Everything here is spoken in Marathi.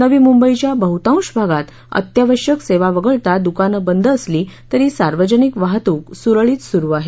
नवी मुंबईच्या बहुतांश भागात अत्यावश्यक सेवा वगळता दुकानं बंद असली तरी सार्वजनिक वाहतूक सुरळित सुरू आहे